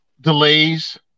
delays